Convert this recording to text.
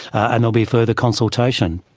and be further consultation.